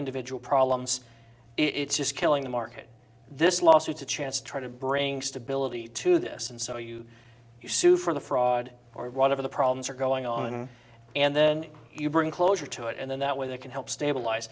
individual problems it's just killing the market this lawsuits a chance to try to bring stability to this and so you you sue for the fraud or whatever the problems are going on and then you bring closure to it and then that way they can help stabilize